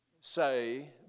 say